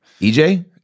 ej